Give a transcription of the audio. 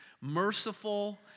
merciful